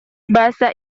bahasa